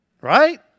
Right